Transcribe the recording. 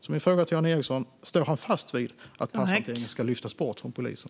Min fråga till Jan Ericson är därför om han står fast vid att passhanteringen ska lyftas bort från polisen.